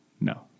no